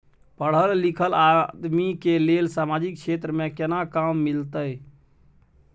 पढल लीखल आदमी के लेल सामाजिक क्षेत्र में केना काम मिलते?